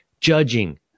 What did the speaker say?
judging